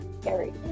scary